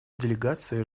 делегации